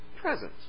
presence